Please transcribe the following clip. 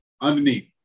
underneath